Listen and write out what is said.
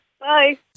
Bye